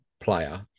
player